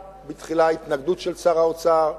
בהתחלה היתה התנגדות של שר האוצר.